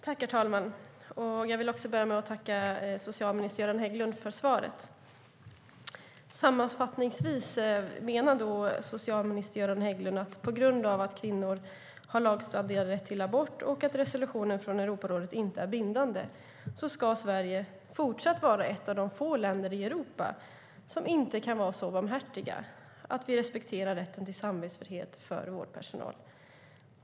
Herr talman! Jag vill börja med att tacka socialminister Göran Hägglund för svaret. Sammanfattningsvis menar socialminister Göran Hägglund att på grund av att kvinnor har lagstadgad rätt till abort och att resolutionen från Europarådet inte är bindande ska Sverige fortsatt vara ett av de få länder i Europa där vi inte kan vara så barmhärtiga att vi respekterar rätten till samvetsfrihet för vårdpersonal.